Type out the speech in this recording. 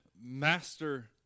Master